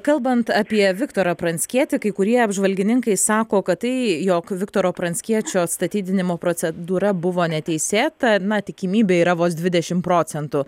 kalbant apie viktorą pranckietį kai kurie apžvalgininkai sako kad tai jog viktoro pranckiečio atstatydinimo procedūra buvo neteisėta na tikimybė yra vos dvidešimt procentų